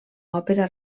òpera